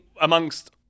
amongst